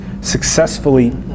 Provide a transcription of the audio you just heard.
successfully